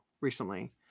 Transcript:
recently